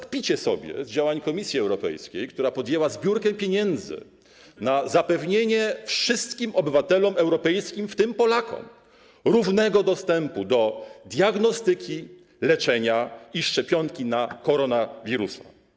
Kpicie sobie z działań Komisji Europejskiej, która podjęła zbiórkę pieniędzy na zapewnienie wszystkim obywatelom europejskim, w tym Polakom, równego dostępu do diagnostyki, leczenia i szczepionki na koronawirusa.